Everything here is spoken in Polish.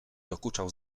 dokuczał